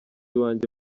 wanjye